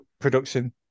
production